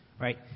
right